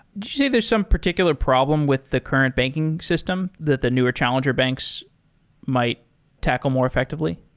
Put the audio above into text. say there's some particular problem with the current banking system that the newer challenger banks might tackle more effectively.